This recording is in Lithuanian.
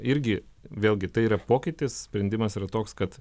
irgi vėlgi tai yra pokytis sprendimas yra toks kad